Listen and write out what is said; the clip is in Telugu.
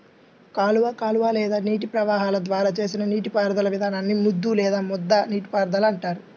కాలువ కాలువ లేదా నీటి ప్రవాహాల ద్వారా చేసిన నీటిపారుదల విధానాన్ని ముద్దు లేదా ముద్ద నీటిపారుదల అంటారు